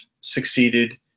succeeded